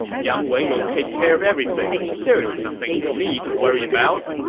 jiang wei will take care of everything. there's nothing for me to worry about.